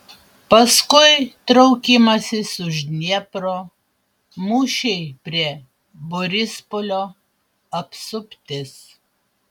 paskui traukimasis už dniepro mūšiai prie borispolio apsuptis